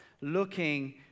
looking